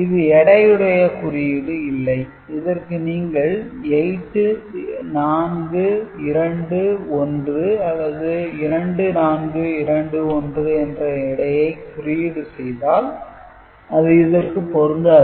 இது எடையுடைய குறியீடு இல்லை இதற்கு நீங்கள் 8421 அல்லது 2421 என்று எடையை குறியீடு செய்தால் அது இதற்கு பொருந்தாது